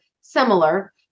similar